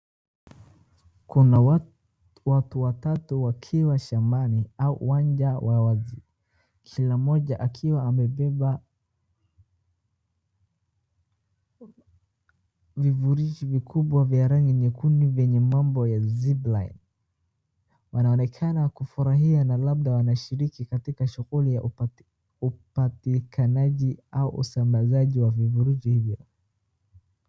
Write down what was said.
Kuna watu watatu wakiwa shambani au shamba la wazi kila mmoja akiwa amebeba vifurishi vikubwa ya rangi nyekundu yenye mambo ya zipline[s].Wanaonekana kufurahia na labda wanashiriki katika shughuli ya upatikanaji au utangazaji wa vifurushi hizo.